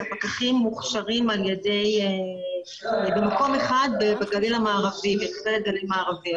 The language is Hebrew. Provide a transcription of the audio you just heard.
שהפקחים מוכשרים במקום אחד במכללת גליל מערבי,